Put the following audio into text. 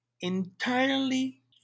entirely